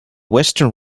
western